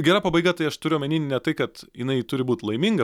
gera pabaiga tai aš turiu omeny ne tai kad jinai turi būti laiminga